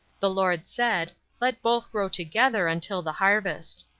the lord said, let both grow together until the harvest.